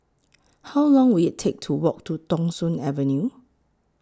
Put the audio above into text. How Long Will IT Take to Walk to Thong Soon Avenue